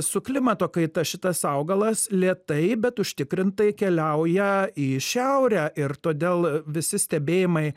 su klimato kaita šitas augalas lėtai bet užtikrintai keliauja į šiaurę ir todėl visi stebėjimai